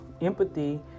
empathy